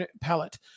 palette